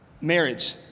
marriage